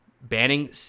banning